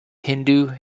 hindu